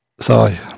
Sorry